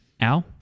Al